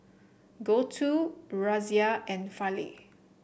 Gouthu Razia and Fali